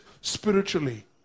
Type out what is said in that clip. spiritually